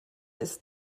ist